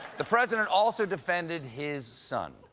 the president also defended his son,